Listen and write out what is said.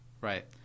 right